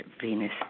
Venus